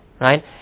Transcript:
Right